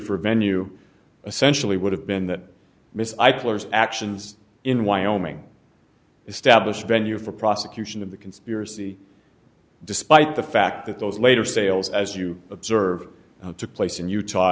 for venue essentially would have been that miss eichler actions in wyoming established venue for prosecution of the conspiracy despite the fact that those later sales as you observed took place in utah